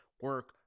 Work